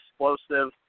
explosive